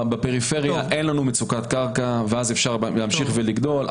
בפריפריה אין לנו מצוקת קרקע ואז אפשר להמשיך לגדול.